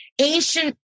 ancient